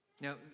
Now